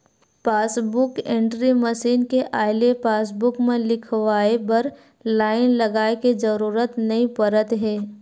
passbook entry machine के आए ले पासबूक म लिखवाए बर लाईन लगाए के जरूरत नइ परत हे